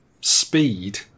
speed